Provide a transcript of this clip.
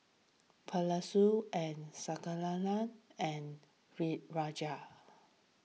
and and Re Rajesh